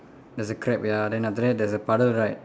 there's a crab ya then after that there's a puddle right